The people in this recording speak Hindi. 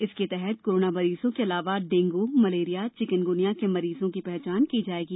इसके तहत कोरोना मरीजों के अलावा डेंगू मलेरिया चिकनगुनिया के मरीजों की पहचान की जाएगी